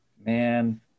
man